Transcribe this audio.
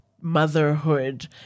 motherhood